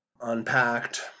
unpacked